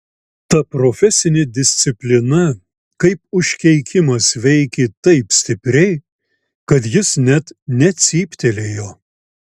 ta profesinė disciplina kaip užkeikimas veikė taip stipriai kad jis net necyptelėjo